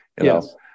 yes